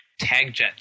Tagjet